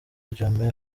jammeh